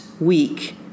week